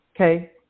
okay